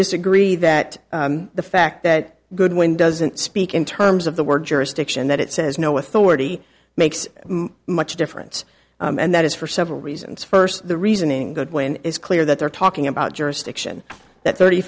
disagree that the fact that goodwin doesn't speak in terms of the word jurisdiction that it says no authority makes much difference and that is for several reasons first the reasoning goodwin is clear that they're talking about jurisdiction that thirty